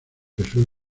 jesús